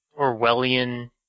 Orwellian